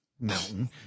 Mountain